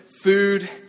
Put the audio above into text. food